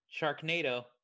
Sharknado